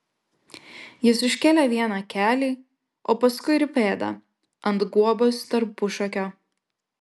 jis užkėlė vieną kelį o paskui ir pėdą ant guobos tarpušakio